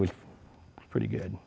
was pretty good